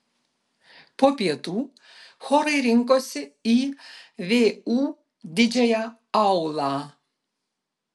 po pietų chorai rinkosi į vu didžiąją aulą